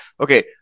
Okay